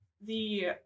the-